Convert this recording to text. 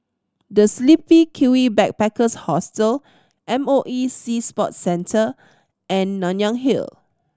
The Sleepy Kiwi Backpackers Hostel M O E Sea Sports Centre and Nanyang Hill